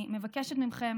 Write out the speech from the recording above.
אני מבקשת מכם